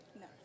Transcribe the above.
no